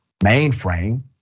mainframe